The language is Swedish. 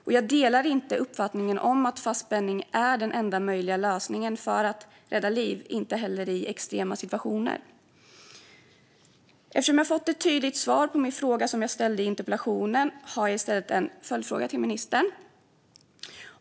Jag delar därför inte uppfattningen att fastspänning är den enda möjliga lösningen för att rädda liv - inte heller i extrema situationer. Eftersom jag fått ett tydligt svar på frågan som jag ställde i min interpellation har jag i stället en följdfråga till ministern.